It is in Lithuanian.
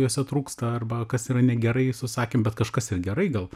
juose trūksta arba kas yra negerai susakėm bet kažkas ir gerai gal